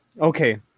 Okay